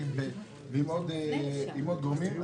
התעשיינים ועם גורמים נוספים.